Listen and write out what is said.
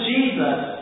Jesus